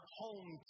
home